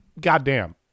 goddamn